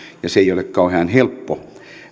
ja se ei ole kauhean helppo